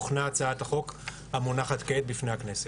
הוכנה הצעת החוק המונחת כעת בפני הכנסת.